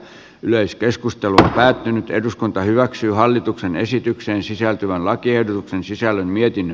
myös keskustelu päättynyt eduskunta hyväksyy hallituksen esitykseen sisältyvän lakiehdotuksen sisällön mietin